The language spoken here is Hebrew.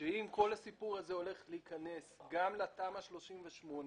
אם כל הסיפור הזה הולך להיכנס לתמ"א 38,